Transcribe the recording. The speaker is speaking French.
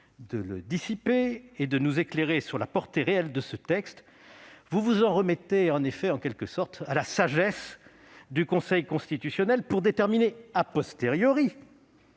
de le dissiper et de nous éclairer sur la portée réelle du texte, vous vous en remettez, en quelque sorte, à la sagesse du Conseil constitutionnel, pour déterminer le contenu